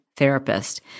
therapist